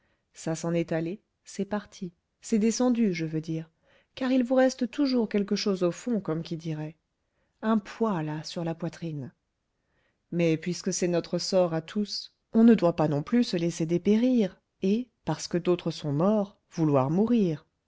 ça s'en est allé c'est parti c'est descendu je veux dire car il vous reste toujours quelque chose au fond comme qui dirait un poids là sur la poitrine mais puisque c'est notre sort à tous on ne doit pas non plus se laisser dépérir et parce que d'autres sont morts vouloir mourir